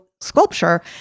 sculpture